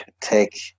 take